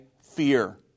fear